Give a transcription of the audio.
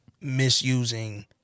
misusing